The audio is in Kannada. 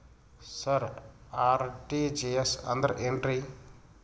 ಸರ ಆರ್.ಟಿ.ಜಿ.ಎಸ್ ಅಂದ್ರ ಏನ್ರೀ?